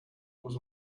was